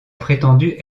prétendu